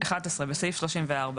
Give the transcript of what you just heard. (11)בסעיף 34,